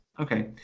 Okay